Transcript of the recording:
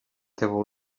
teua